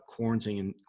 quarantining